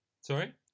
Sorry